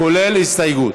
כולל ההסתייגות.